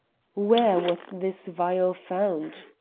where was this vial found?